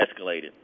escalated